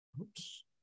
Oops